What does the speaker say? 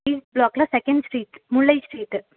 D ப்ளாக்கில் second street Mullai street